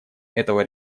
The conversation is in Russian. этого